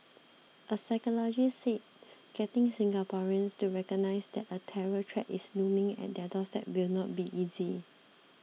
a psychologist said getting Singaporeans to recognise that a terror threat is looming at their doorstep will not be easy